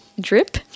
Drip